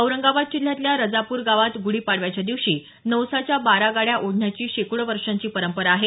औरंगाबाद जिल्ह्यातल्या रजापूर गावात गुडीपाडव्याच्या दिवशी नवसाच्या बारागाड्या ओढण्याची शेकडो वर्षाची परंपरा आहे